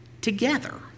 together